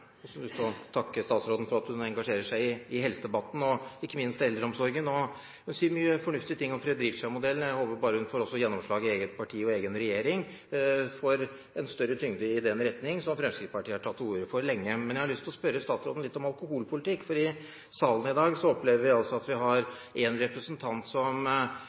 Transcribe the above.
også får større gjennomslag i eget parti og i egen regjering for dette, noe Fremskrittspartiet har tatt til orde for lenge. Men jeg har lyst til å spørre statsråden litt om alkoholpolitikk. I salen i dag opplever vi at en representant har et mantra, og det er å begrense tilgangen. Samtidig har vi en landbruksminister som